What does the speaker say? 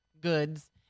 goods